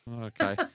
Okay